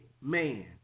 man